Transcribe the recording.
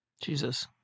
Jesus